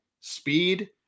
speed